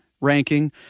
ranking